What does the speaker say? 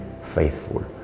faithful